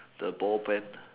the ball pen